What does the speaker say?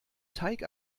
teig